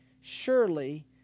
Surely